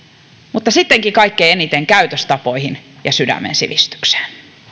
mutta kaikkein eniten käytöstapoihin ja sydämen sivistykseen